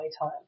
time